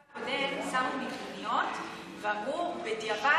במבצע הקודם שמו מיגוניות ואמרו בדיעבד,